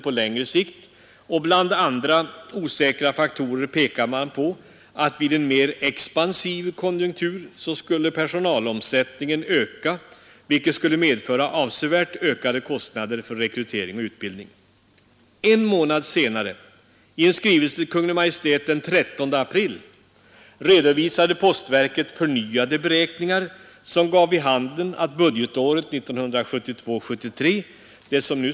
Jo, därför att det är alltför många i vårt land som startar egna företag utan att ha grundförutsättningar för detta. Det är inte alldeles säkert att en duktig byggnadssnickare också blir en duktig företagare. Det är alltför många som har stått på huvudet när de har försökt sig på detta.